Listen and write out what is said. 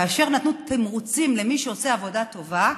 כאשר נתנו תמריצים למי שעושה עבודה טובה,